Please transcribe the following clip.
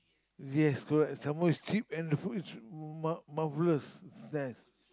yes correct some more is cheap and the food is cheap mar~ marvellous it's nice